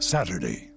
Saturday